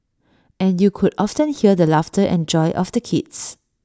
and you could often hear the laughter and joy of the kids